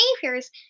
behaviors